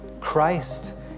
Christ